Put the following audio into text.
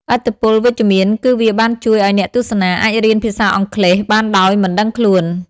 ឥទ្ធិពលវិជ្ជមានគឺវាបានជួយឱ្យអ្នកទស្សនាអាចរៀនភាសាអង់គ្លេសបានដោយមិនដឹងខ្លួន។